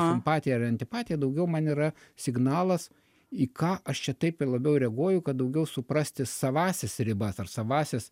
simpatija ar antipatija daugiau man yra signalas į ką aš čia taip labiau reaguoju kad daugiau suprasti savąsias ribas ar savąsias